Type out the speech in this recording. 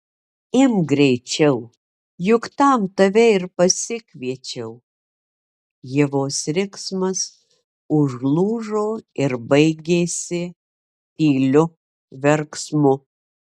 imk greičiau juk tam tave ir pasikviečiau ievos riksmas užlūžo ir baigėsi tyliu verksmu